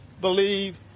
believe